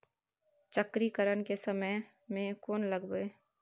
चक्रीकरन के समय में कोन लगबै?